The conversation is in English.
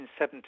1970